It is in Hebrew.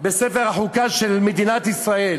בספר החוקה של מדינת ישראל,